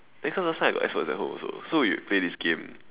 then because last time I got Xbox at home also so we would play this game